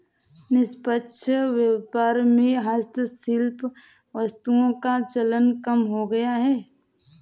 निष्पक्ष व्यापार में हस्तशिल्प वस्तुओं का चलन कम हो गया है